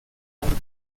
garde